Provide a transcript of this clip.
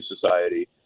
Society